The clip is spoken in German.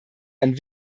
ein